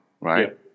right